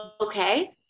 okay